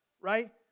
Right